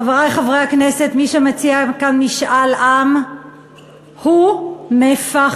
חברי חברי הכנסת, מי שמציע כאן משאל עם הוא מפחד.